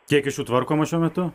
kiek iš jų tvarkoma šiuo metu